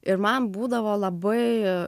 ir man būdavo labai